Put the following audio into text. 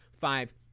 five